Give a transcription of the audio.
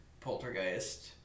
Poltergeist